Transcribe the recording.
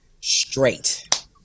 straight